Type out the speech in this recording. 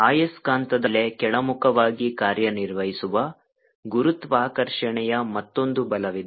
ಆಯಸ್ಕಾಂತದ ಮೇಲೆ ಕೆಳಮುಖವಾಗಿ ಕಾರ್ಯನಿರ್ವಹಿಸುವ ಗುರುತ್ವಾಕರ್ಷಣೆಯ ಮತ್ತೊಂದು ಬಲವಿದೆ